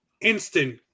Instant